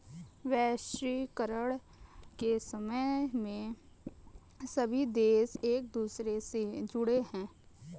वैश्वीकरण के समय में सभी देश एक दूसरे से जुड़े है